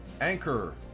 anchor